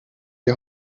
die